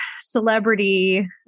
celebrity